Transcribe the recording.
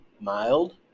mild